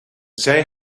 zij